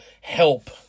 help